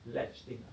latch thing ah